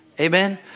Amen